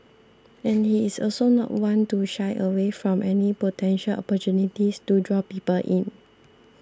and he is also not one to shy away from any potential opportunity to draw people in